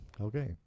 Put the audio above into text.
Okay